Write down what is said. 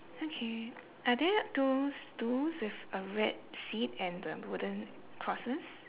okay are there those those with a red seat and the wooden crosses